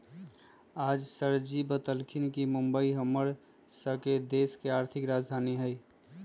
आज सरजी बतलथिन ह कि मुंबई हम्मर स के देश के आर्थिक राजधानी हई